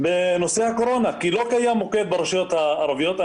בנושא הקורונה כי לא קיים מוקד ברשויות הערביות.